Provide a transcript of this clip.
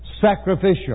sacrificial